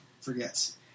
forgets